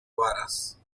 varas